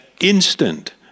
instant